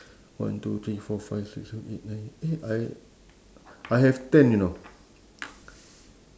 one two three four five six seven eight nine eh I I have ten you know